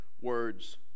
words